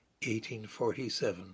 1847